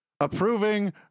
approving